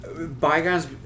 Bygones